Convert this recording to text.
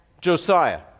Josiah